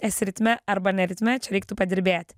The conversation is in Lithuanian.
esi ritme arba ne ritme čia reiktų padirbėti